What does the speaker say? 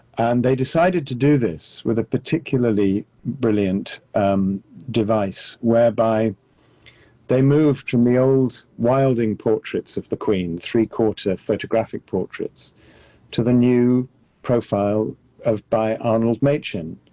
and they decided to do this with a particularly brilliant device whereby they moved from the old wilding portraits of the queen. three-quarter photographic portraits to the new profile of by arnold machin,